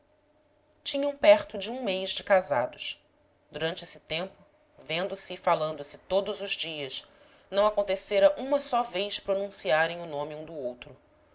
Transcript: tinham perto de um mês de casados durante esse tempo vendo-se e falando se todos os dias não acontecera uma só vez pronunciarem o nome um do outro